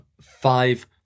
five